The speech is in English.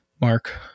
Mark